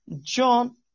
John